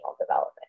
development